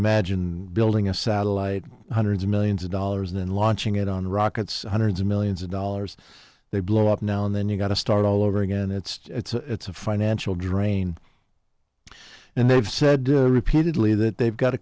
imagine building a satellite hundreds of millions of dollars and launching it on rockets hundreds of millions of dollars they blow up now and then you've got to start all over again it's a financial drain and they've said repeatedly that they've got to